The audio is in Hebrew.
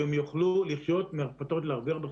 כך שהם יוכלו לחיות בכבוד.